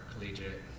collegiate